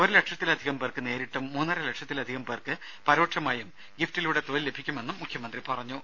ഒരു ലക്ഷത്തിലധികം പേർക്ക് നേരിട്ടും മൂന്നര ലക്ഷത്തിലധികം പേർക്ക് പരോക്ഷമായും ഗിഫ്റ്റിലൂടെ തൊഴിൽ ലഭിക്കുമെന്നും മുഖ്യമന്ത്രി പറഞ്ഞു